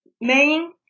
main